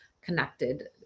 connected